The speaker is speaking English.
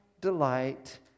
delight